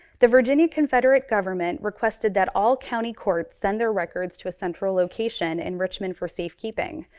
the virginia confederate government requested that all county courts send their records to a central location in richmond for safekeeping.